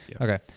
Okay